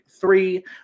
three